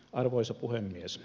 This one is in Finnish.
arvoisa puhemies